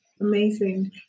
Amazing